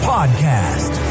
Podcast